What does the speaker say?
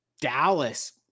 Dallas